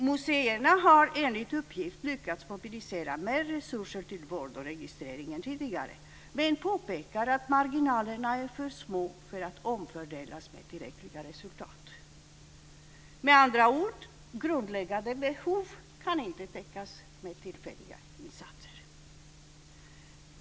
- Museerna har enligt uppgift lyckats mobilisera mer resurser till vård och registrering än tidigare, men påpekar att marginalerna är för små för att omfördela med tillräckliga resultat." Med andra ord: grundläggande behov kan inte täckas med tillfälliga insatser.